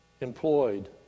employed